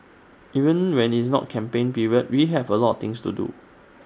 even when IT is not campaign period we have A lot things to do